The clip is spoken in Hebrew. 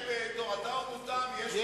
לפי דעתי ב"תורתם אומנותם" יש